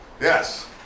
Yes